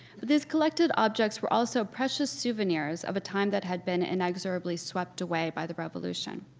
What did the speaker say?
but these collected objects were also precious souvenirs of a time that had been inexorably swept away by the revolution.